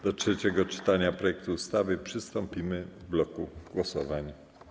Do trzeciego czytania projektu ustawy przystąpimy w bloku głosowań.